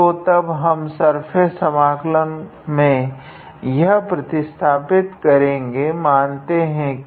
तो तब हम इस सर्फेस समाकलन में यह प्रतिस्थापित करेगे मानते है की